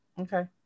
Okay